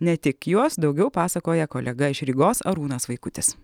ne tik juos daugiau pasakoja kolega iš rygos arūnas vaikutis